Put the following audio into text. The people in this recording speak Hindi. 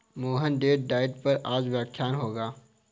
मोहन डेट डाइट पर आज व्याख्यान होगा